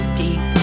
deep